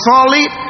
Solid